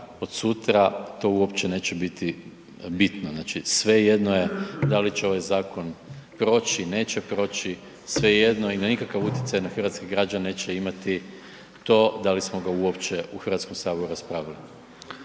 od sutra to uopće neće biti bitno. Znači, svejedno je da li će ovaj zakon proći, neće proći, svejedno i na nikakav utjecaj na hrvatske građane neće imati to da li smo ga uopće u Hrvatskom saboru raspravljali.